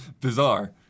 bizarre